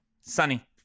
Sunny